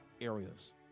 areas